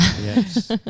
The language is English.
Yes